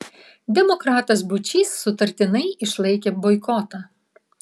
demokratas būčys sutartinai išlaikė boikotą